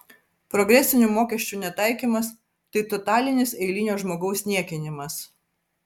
progresinių mokesčių netaikymas tai totalinis eilinio žmogaus niekinimas